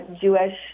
Jewish